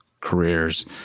careers